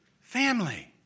Family